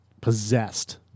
possessed